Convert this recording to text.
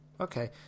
Okay